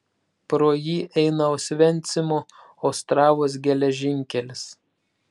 pro jį eina osvencimo ostravos geležinkelis